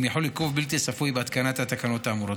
יחול עיכוב בלתי צפוי בהתקנת התקנות האמורות.